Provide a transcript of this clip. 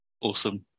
Awesome